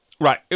Right